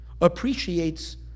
appreciates